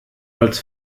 als